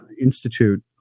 Institute